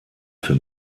für